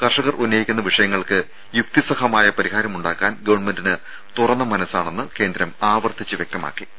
കർഷകർ ഉന്നയിക്കുന്ന വിഷയങ്ങൾക്ക് യുക്തിസഹമായ പരിഹാരമുണ്ടാക്കാൻ ഗവൺമെന്റിന് തുറന്ന മനസ്സാണെന്ന് കേന്ദ്രം ആവർത്തിച്ച് വ്യക്തമാക്കിയിട്ടുണ്ട്